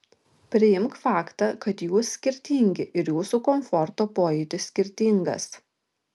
priimk faktą kad jūs skirtingi ir jūsų komforto pojūtis skirtingas